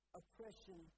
oppression